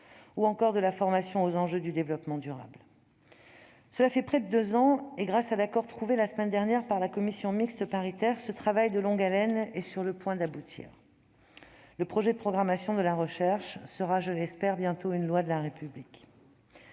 ou encore de la formation aux enjeux du développement durable. Cela fait près de deux ans et, grâce à l'accord trouvé la semaine dernière par la commission mixte paritaire, ce travail de longue haleine est sur le point d'aboutir. Le projet de programmation de la recherche deviendra bientôt- je l'espère ! -une loi de la République.